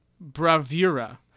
Bravura